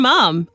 Mom